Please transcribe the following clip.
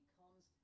comes